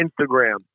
Instagram